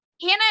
Hannah